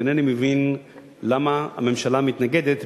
ואינני מבין למה הממשלה מתנגדת,